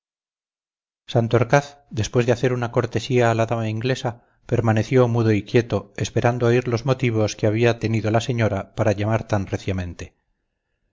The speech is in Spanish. santorcaz después de hacer una cortesía a la dama inglesa permaneció mudo y quieto esperando oír los motivos que había tenido la señora para llamar tan reciamente